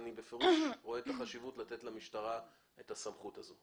אני בפירוש רואה את החשיבות לתת למשטרה את הסמכות הזאת.